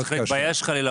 לא צריך להתבייש חלילה,